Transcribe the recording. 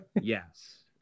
Yes